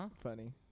funny